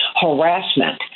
harassment